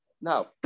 Now